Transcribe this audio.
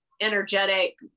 energetic